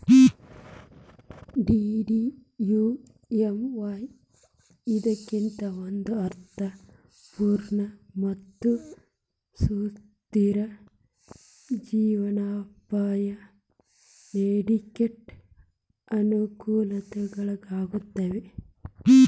DDUAY ಇದ್ದಿದ್ದಕ್ಕ ಒಂದ ಅರ್ಥ ಪೂರ್ಣ ಮತ್ತ ಸುಸ್ಥಿರ ಜೇವನೊಪಾಯ ನಡ್ಸ್ಲಿಕ್ಕೆ ಅನಕೂಲಗಳಾಗ್ತಾವ